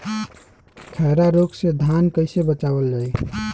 खैरा रोग से धान कईसे बचावल जाई?